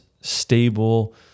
stable